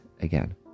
again